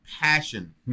passion